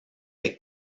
est